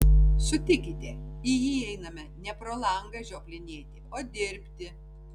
sutikite į jį einame ne pro langą žioplinėti o dirbti